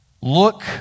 Look